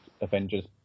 Avengers